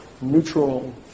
neutral